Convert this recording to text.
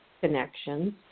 connections